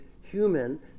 human